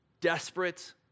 desperate